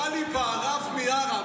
גלי בהרב מיארה,